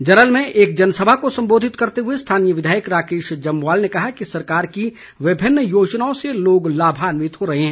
जरल में एक जनसभा को संबोधित करते हुए स्थानीय विधायक राकेश जमवाल ने कहा कि सरकार की विभिन्न योजनाओं से लोग लाभान्वित हो रहे हैं